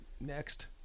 Next